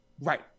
Right